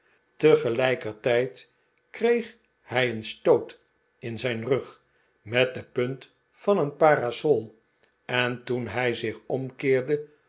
kreeg hij een stoot in zijn rug met de punt van een parasol en toen hij zich omkeerde